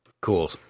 cool